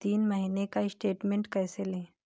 तीन महीने का स्टेटमेंट कैसे लें?